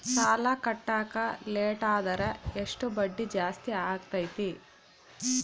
ಸಾಲ ಕಟ್ಟಾಕ ಲೇಟಾದರೆ ಎಷ್ಟು ಬಡ್ಡಿ ಜಾಸ್ತಿ ಆಗ್ತೈತಿ?